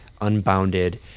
unbounded